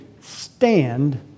stand